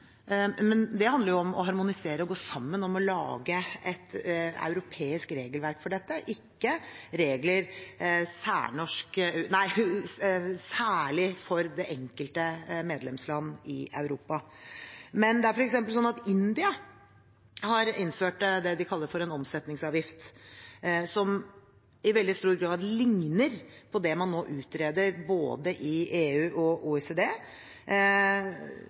men det handler om å harmonisere og gå sammen om å lage et europeisk regelverk for dette, ikke særlige regler for det enkelte medlemsland i Europa. Men India f.eks. har innført det de kaller for en omsetningsavgift, som i veldig stor grad ligner på det man nå utreder både i EU og i OECD.